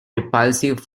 repulsive